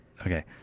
okay